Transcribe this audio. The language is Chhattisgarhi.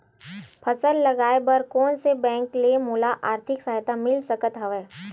फसल लगाये बर कोन से बैंक ले मोला आर्थिक सहायता मिल सकत हवय?